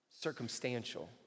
circumstantial